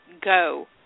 go